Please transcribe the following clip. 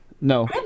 no